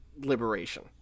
Liberation